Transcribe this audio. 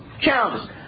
Challenges